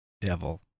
Devil